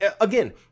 Again